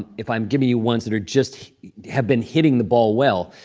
if i'm giving you ones that are just have been hitting the ball well,